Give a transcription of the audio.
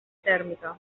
tèrmica